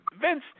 Vince